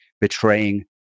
betraying